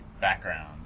background